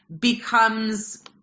becomes